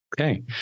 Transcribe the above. Okay